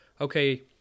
okay